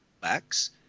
backs